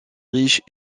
riche